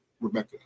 Rebecca